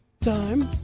time